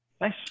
Nice